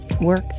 work